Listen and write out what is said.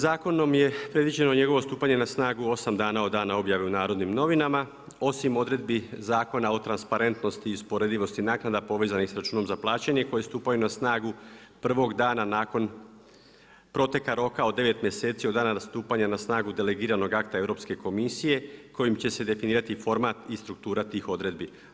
Zakonom je predviđeno njegovo stupanje na snagu osam dana od dana objave u Narodnim novinama, osim odredbi Zakona o transparentnosti i usporedivosti naknada povezanih sa računom za plaćanje koje stupaju na snagu prvog dana nakon proteka roka od 9 mjeseci od dana stupanja na snagu delegiranog akta Europske komisije kojim će se definirati format i struktura tih odredbi.